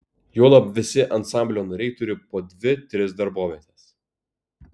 juolab visi ansamblio nariai turi po dvi tris darbovietes